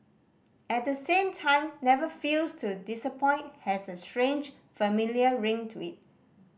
at the same time never fails to disappoint has a strange familiar ring to it